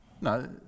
No